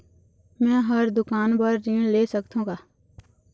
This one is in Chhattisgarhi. मैं हर दुकान बर ऋण ले सकथों का?